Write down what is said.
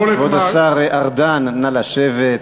כבוד השר ארדן, נא לשבת.